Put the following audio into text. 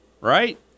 Right